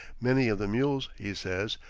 many of the mules, he says,